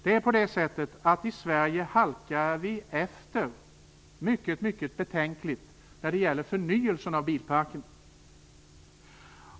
I Sverige håller vi på att halka efter mycket betänkligt när det gäller förnyelsen av bilparken.